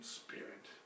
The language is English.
spirit